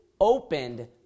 opened